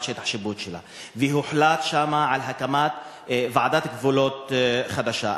שטח השיפוט שלה והוחלט שם על הקמת ועדת גבולות חדשה.